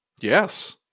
Yes